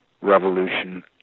revolution